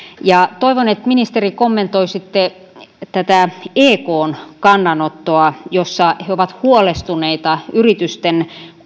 toivon että ministeri kommentoisitte ekn kannanottoa jossa he ovat huolestuneita yritysten